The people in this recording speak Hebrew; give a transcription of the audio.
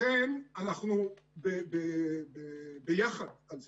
לכן אנחנו ביחד על זה.